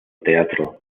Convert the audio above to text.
teatro